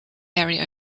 area